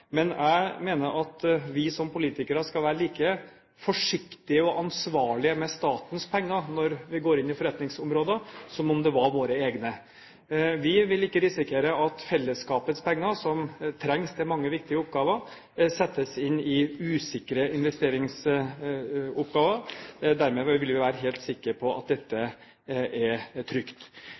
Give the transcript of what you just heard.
Men jeg mener at vi som politikere skal være like forsiktige og ansvarlige med statens penger som om det var våre egne, når vi går inn i forretningsområder. Vi vil ikke risikere at fellesskapets penger, som trengs til mange viktige oppgaver, settes inn i usikre investeringsoppgaver. Dermed vil vi være helt sikre på at det er trygt.